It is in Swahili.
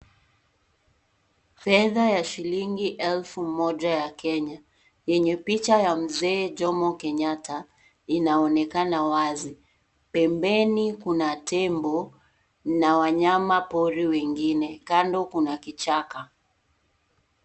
Fedha ya shilingi elfu moja ya kenya, yenye picha ya mzee jomo kenyatta, inaonekana wazi, pembeni kuna tembo na wanyama pori wengine. Kando kuna kichaka.